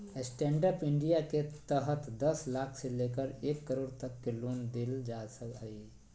stand up India के तहत दस लाख से लेकर एक करोड़ तक के लोन देल जा हइ